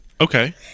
Okay